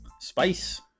spice